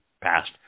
past